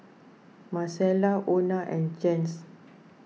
Marcella Ona and Jens